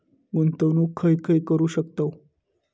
गुंतवणूक खय खय करू शकतव?